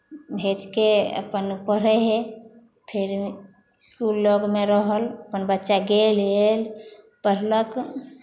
भेजि कऽ अपन पढ़ै हइ फेर इसकुल लगमे रहल अपन बच्चा गेल आयल पढ़लक